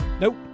nope